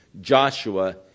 Joshua